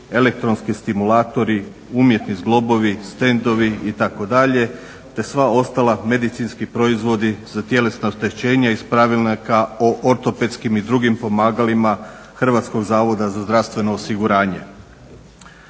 elektronski stimulatori, umjetni zglobovi, stendovi itd., te sva ostala medicinski proizvodi za tjelesna oštećenja iz pravilnika o ortopedskim i drugim pomagalima Hrvatskog zavoda za zdravstveno osiguranje.